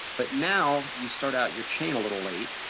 but now you start out your chain a little late